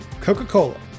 Coca-Cola